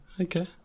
okay